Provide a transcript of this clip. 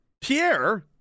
Pierre